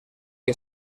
que